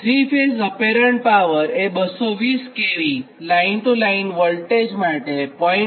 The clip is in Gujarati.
૩ ફેઝ અપેરન્ટ પાવર એ 220 kV line to line voltage માટે ૦